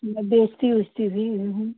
मैं बेचती उचती भी हूँ